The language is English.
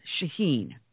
Shaheen